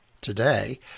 today